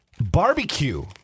barbecue